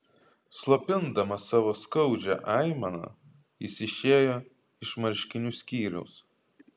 slopindamas savo skaudžią aimaną jis išėjo iš marškinių skyriaus